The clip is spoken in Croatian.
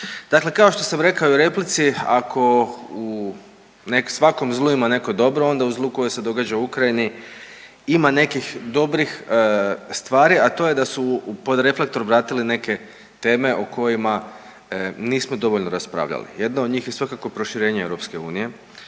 Dakle, kao što sam rekao i u replici ako u svakom zlu ima neko dobro onda u zlu koje se događa u Ukrajini ima nekih dobrih stvari, a to je da su pod reflektor vratili neke teme o kojima nismo dovoljno raspravljali. Jedna od njih je svakako proširenje EU, druga je